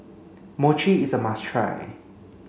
Mochi is a must try